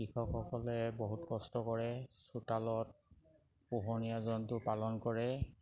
কৃষকসকলে বহুত কষ্ট কৰে চোতালত পোহনীয়া জন্তু পালন কৰে